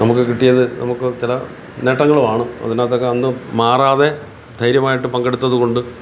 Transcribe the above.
നമുക്ക് കിട്ടിയത് നമുക്ക് ചില നേട്ടങ്ങളും ആണ് അതിനകത്തൊക്കെ അന്ന് മാറാതെ ധൈര്യമായിട്ട് പങ്കെടുത്തത് കൊണ്ട്